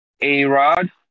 a-rod